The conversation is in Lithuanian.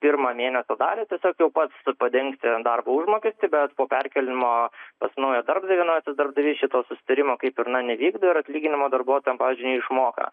pirmą mėnesio dalį tiesiog jau pats padengti darbo užmokestį bet po perkėlimo pas naują darbdavį naujasis darbdavys šito susitarimo kaip ir na nevykdo ir atlyginimo darbuotojams pavyzdžiui neišmoka